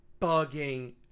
bugging